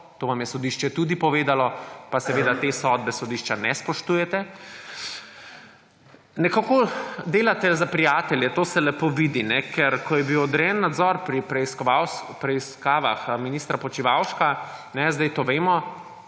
to vam je sodišče tudi povedalo, pa seveda te sodbe sodišča ne spoštujete, nekako delate za prijatelje. To se lepo vidi, kajne, ker ko je bil odrejen nadzor pri preiskavah ministra Počivalška − zdaj to vemo